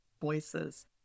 voices